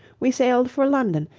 we sailed for london,